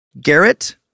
Garrett